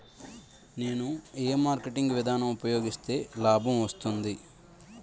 నేను ఏ మార్కెటింగ్ విధానం ఉపయోగిస్తే లాభం వస్తుంది?